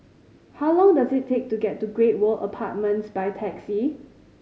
how long does it take to get to Great World Apartments by taxi